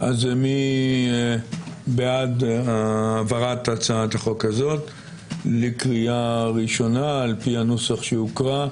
אז מי בעד העברת הצעת החוק הזו לקריאה ראשונה על פי הנוסח שהוקרא?